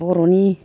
बर'नि